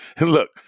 look